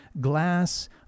glass